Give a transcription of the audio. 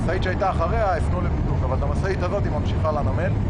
משאית שהייתה מאחוריה היפנו לבידוק אבל המשאית הזו ממשיכה לנמל.